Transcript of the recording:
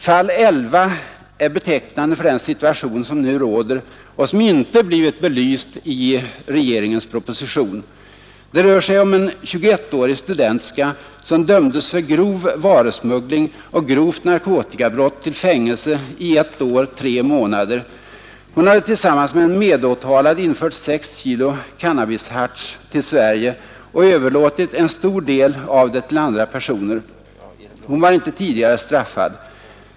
Fall 11 är betecknande för den situation som nu råder och som inte blivit belyst i regeringens proposition. Det rör sig om en 21-årig studentska som dömdes för grov varusmuggling och grovt narkotikabrott till fängelse i ett år tre månader. Hon hade tillsammans med en medåtalad infört 6 kg cannabisharts till Sverige och överlåtit en stor del av det till andra personer. Hon var inte tidigare straffad.